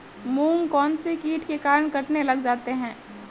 मूंग कौनसे कीट के कारण कटने लग जाते हैं?